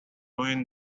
ruin